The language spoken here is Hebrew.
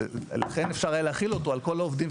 ולכן אפשר היה להחיל אותו על כל העובדים,